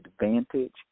advantage